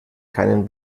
keinen